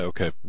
Okay